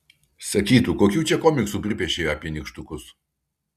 sakytų kokių čia komiksų pripiešei apie nykštukus